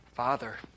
Father